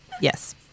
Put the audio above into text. Yes